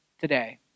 today